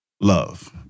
Love